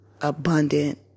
abundant